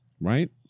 right